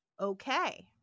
Okay